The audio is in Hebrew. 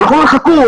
ואנחנו אומרים: חכו,